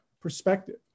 perspective